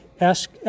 ask